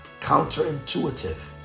counterintuitive